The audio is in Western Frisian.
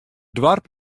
doarp